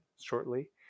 shortly